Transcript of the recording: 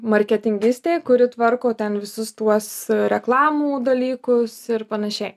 marketingistė kuri tvarko ten visus tuos reklamų dalykus ir panašiai